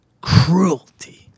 Cruelty